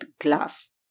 glass